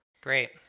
Great